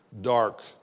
dark